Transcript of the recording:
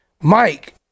Mike